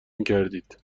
میکردید